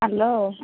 hello